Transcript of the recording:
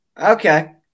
Okay